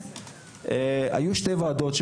היו שתי ועדות.